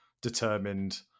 determined